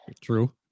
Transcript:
True